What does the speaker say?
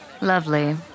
Lovely